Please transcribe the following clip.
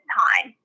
time